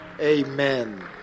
Amen